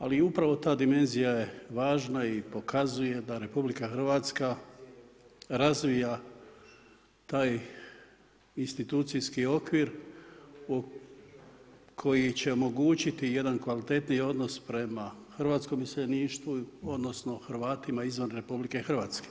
Ali i upravo ta dimenzija je važna i pokazuje da RH razvija taj institucijski okvir koji će omogućiti jedan kvalitetniji odnos prema hrvatskom iseljeništvu odnosno Hrvatima izvan RH.